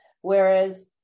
whereas